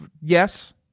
Yes